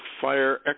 Fire